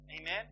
Amen